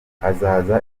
azaza